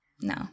No